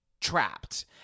trapped